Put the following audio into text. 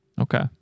Okay